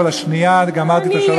אבל השנייה גמרתי את שלוש הדקות,